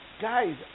guys